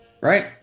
right